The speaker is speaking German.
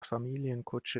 familienkutsche